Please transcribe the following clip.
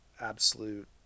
absolute